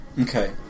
Okay